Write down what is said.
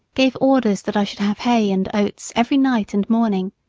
gave orders that i should have hay and oats every night and morning,